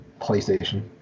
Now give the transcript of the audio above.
playstation